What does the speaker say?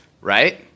right